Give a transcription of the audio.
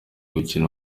gukina